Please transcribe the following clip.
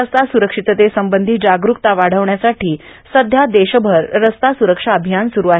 रस्ता स्रक्षितते संबंधी जागरूकता वाढवण्यासाठी सध्या देशभर रस्ता सुरक्षा अभियान सुरू आहे